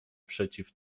przeciw